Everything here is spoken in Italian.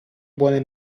buone